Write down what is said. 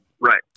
Right